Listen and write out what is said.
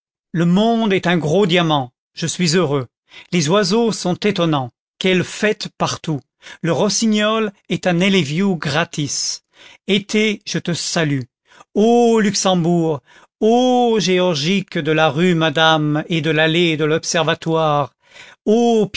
le monde est un gros diamant je suis heureux les oiseaux sont étonnants quelle fête partout le rossignol est un elleviou gratis été je te salue ô luxembourg ô géorgiques de la rue madame et de l'allée de l'observatoire